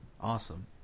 Awesome